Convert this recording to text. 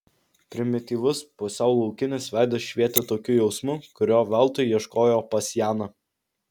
primityvus pusiau laukinis veidas švietė tokiu jausmu kurio veltui ieškojo pas janą